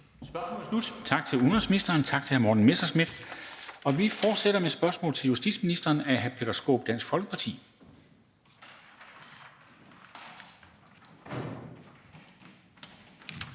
Spørgsmålet er slut. Tak til udenrigsministeren, og tak til hr. Morten Messerschmidt. Vi fortsætter med et spørgsmål til justitsministeren af hr. Peter Skaarup, Dansk Folkeparti.